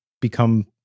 become